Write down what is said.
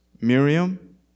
Miriam